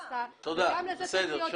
גם על זה צריך להיות פיקוח.